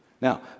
Now